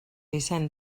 vicent